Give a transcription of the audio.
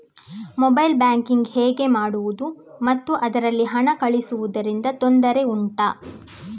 mobile banking ಹೇಗೆ ಮಾಡುವುದು ಮತ್ತು ಅದರಲ್ಲಿ ಹಣ ಕಳುಹಿಸೂದರಿಂದ ತೊಂದರೆ ಉಂಟಾ